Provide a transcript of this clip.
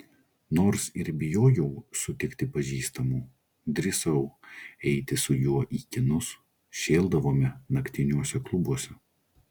nors ir bijojau sutikti pažįstamų drįsau eiti su juo į kinus šėldavome naktiniuose klubuose